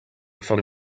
for